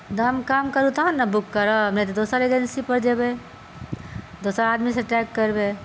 दाम कम करू तहन ने बुक करब नहि तऽ दोसर एजेन्सी पर जेबै दोसर आदमीसँ टैग करबै